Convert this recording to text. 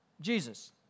Jesus